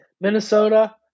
Minnesota